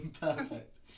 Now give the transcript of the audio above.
Perfect